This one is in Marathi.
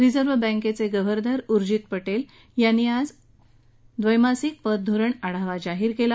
रिझर्व्ह बँकेचे गव्हर्नर उर्जित पटेल यांनी आज द्वैमासिक पतधोरण आढावा जाहीर केला